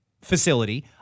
facility